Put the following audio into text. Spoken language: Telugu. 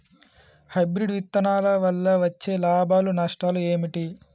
హైబ్రిడ్ విత్తనాల వల్ల వచ్చే లాభాలు నష్టాలు ఏమిటి?